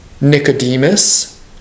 Nicodemus